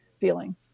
feeling